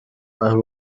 ari